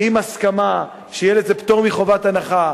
עם הסכמה שיהיה לזה פטור מחובת הנחה,